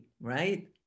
right